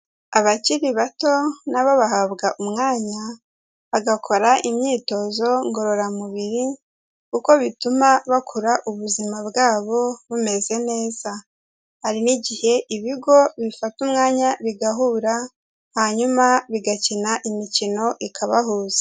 Abakiri bato na bo bahabwa umwanya bagakora imyitozo ngororamubiri kuko bituma bakura ubuzima bwabo bumeze neza. Hari n'igihe ibigo bifata umwanya bigahura, hanyuma bigakina imikino ikabahuza.